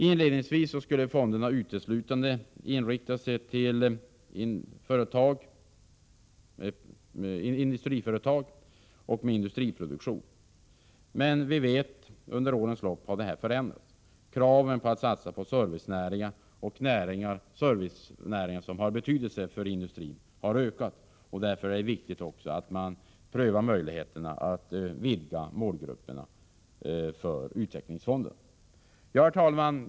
Inledningsvis skulle fonderna uteslutande vara inriktade På industriföretag med industriproduktion. Men vi vet att detta under årens lopp har förändrats. Kraven har ökat på satsningar på servicenäringar av betydelse för industrin. Därför är det viktigt att man prövar möjligheterna att vidga utvecklingsfondernas målgrupper. Herr talman!